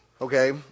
Okay